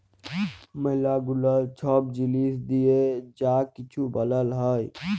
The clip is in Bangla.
ম্যালা গুলা ছব জিলিস দিঁয়ে যা কিছু বালাল হ্যয়